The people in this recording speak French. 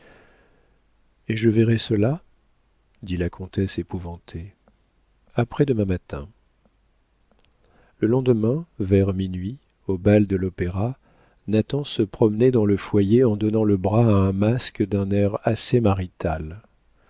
et je verrai cela dit la comtesse épouvantée après-demain matin le lendemain vers minuit au bal de l'opéra nathan se promenait dans le foyer en donnant le bras à un masque d'un air assez marital